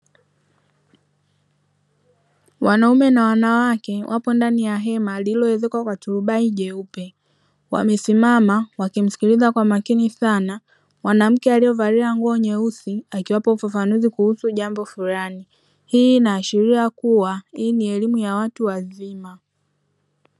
Wanaume na wanawake wapo ndani ya hema lililo ezekwa kwa turubai jeupe, wamesimama wakimsikiliza kwa makini sana, mwanamke aliyevalia nguo nyeusi akiwapa ufafanuzi juu ya jambo fulani, hii inaashiria kuwa hii ni elimu ya watu wazima.